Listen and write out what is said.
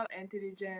intelligence